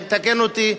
ותקן אותי,